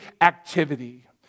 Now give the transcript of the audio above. activity